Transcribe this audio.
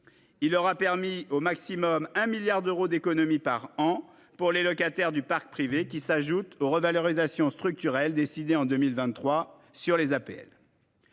il aura permis 1 milliard d'euros d'économies par an pour les locataires du parc privé, qui s'ajoutent aux revalorisations structurelles décidées en 2023 pour les APL.